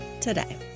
today